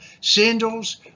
sandals